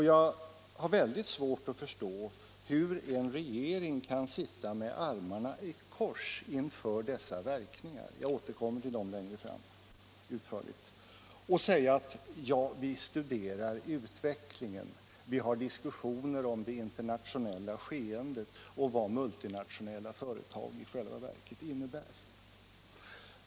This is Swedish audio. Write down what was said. Jag har väldigt svårt att förstå hur en regering kan sitta med armarna i kors inför dessa verkningar — jag återkommer utförligt till dem längre fram — och säga att man studerar utvecklingen, för diskussioner om det internationella skeendet och vad multinationella företag i själva verket innebär.